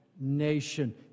Nation